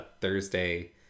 Thursday